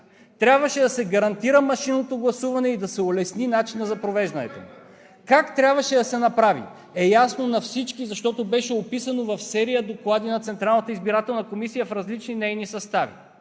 Трябваше да се гарантира машинното гласуване и да се улесни начинът за провеждането му. Как трябваше да се направи е ясно на всички, защото беше описано в серия доклади на Централната избирателна комисия в различни нейни състави.